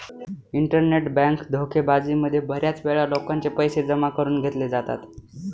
internet bank धोकेबाजी मध्ये बऱ्याच वेळा लोकांचे पैसे जमा करून घेतले जातात